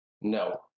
No